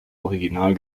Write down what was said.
original